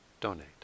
donate